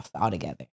altogether